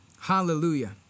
Hallelujah